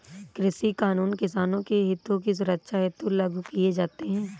कृषि कानून किसानों के हितों की सुरक्षा हेतु लागू किए जाते हैं